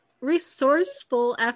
resourceful